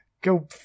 go –